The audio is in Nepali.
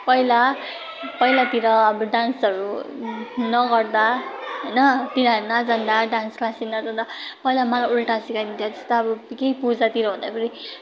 पहिला पहिलातिर अब डान्सहरू नगर्दा होइन तिनीहरू नजाँदा डान्स क्लासहरू तिनीहरू पहिला मैले उल्टा सिकाइदिन्थेँ जस्तै अब केही पूजातिर हुँदाखेरि